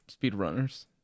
speedrunners